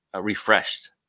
refreshed